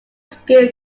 skill